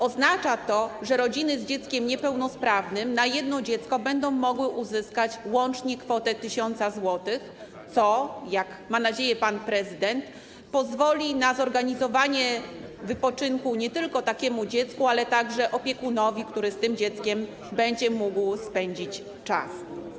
Oznacza to, że rodziny z dzieckiem niepełnosprawnym na jedno dziecko będą mogły uzyskać łącznie kwotę 1000 zł, co, jak ma nadzieję pan prezydent, pozwoli na zorganizowanie wypoczynku nie tylko takiemu dziecku, ale także opiekunowi, który z tym dzieckiem będzie mógł spędzić czas.